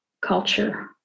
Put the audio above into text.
culture